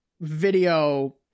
video